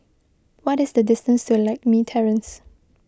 what is the distance to Lakme Terrace